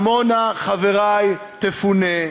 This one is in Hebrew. עמונה, חברי, תפונה.